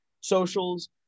socials